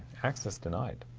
access denied.